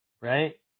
right